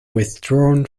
withdrawn